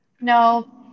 no